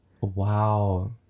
Wow